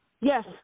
Yes